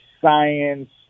Science